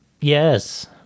Yes